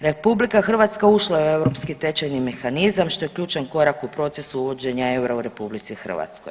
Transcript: RH ušla je u europski tečajni mehanizam što je ključan korak u procesu uvođenja eura u RH.